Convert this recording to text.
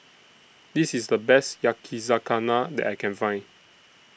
This IS The Best Yakizakana that I Can Find